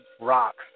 rocks